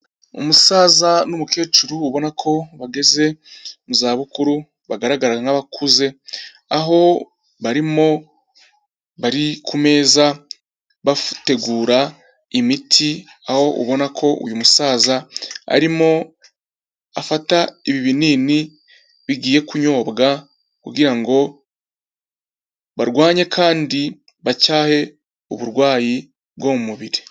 Umusaza n'umukecuru ubona ko bageze mu za bukuru bagaragara nk'abakuze aho barimo bari ku meza bafutegura imiti aho ubona ko uyu musaza arimo afata ibi binini bigiye kunyobwa kugira ngo barwanye kandi bacyahe uburwayi bwo mu mubiri.